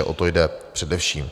O to jde především.